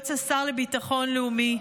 יועץ השר לביטחון לאומי,